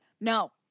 No